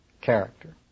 character